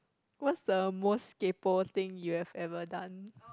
what's the most kaypoh thing you have ever done